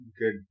good